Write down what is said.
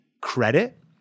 credit